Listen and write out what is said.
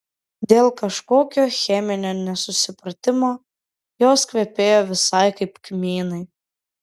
dėl kažkokio cheminio nesusipratimo jos kvepėjo visai kaip kmynai